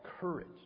courage